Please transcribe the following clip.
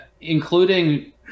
Including